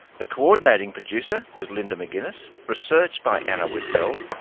the coordinating producer was linda mcginnis. research by anna whitfeld,